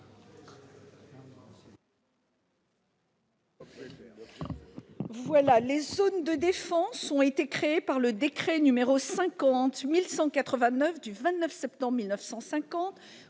Les zones de défense ont été créées par le décret n° 50-1189 du 29 septembre 1950